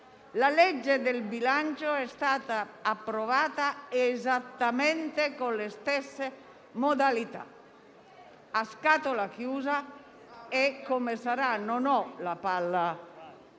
la legge di bilancio è stata approvata esattamente con le stesse modalità: a scatola chiusa. Non ho la palla